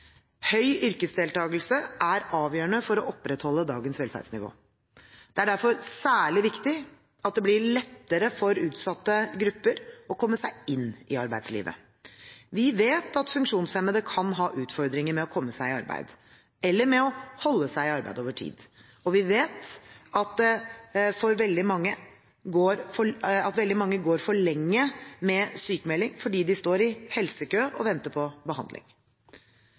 Høy yrkesdeltakelse er avgjørende for å opprettholde dagens velferdsnivå. Det er derfor særlig viktig er det blir lettere for utsatte grupper å komme seg inn i arbeidslivet. Vi vet at funksjonshemmede kan ha utfordringer med å komme seg i arbeid, eller med å holde seg i arbeid over tid, og vi vet at veldig mange går for lenge med sykemelding fordi de står i helsekø og venter på behandling.